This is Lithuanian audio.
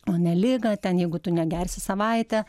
o ne ligą ten jeigu tu negersi savaitę